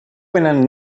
venen